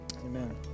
Amen